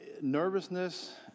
Nervousness